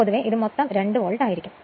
പൊതുവേ ഇത് മൊത്തം 2 വോൾട്ട് ആയിരിക്കും